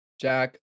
Jack